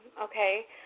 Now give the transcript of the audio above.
okay